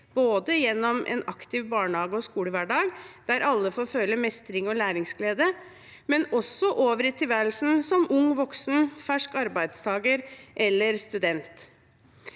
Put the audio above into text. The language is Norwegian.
både gjennom en aktiv barnehage- og skolehverdag, der alle får føle mestring og læringsglede, og over i tilværelsen som ung voksen, fersk arbeidstager eller student.